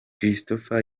christopher